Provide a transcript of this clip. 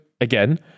again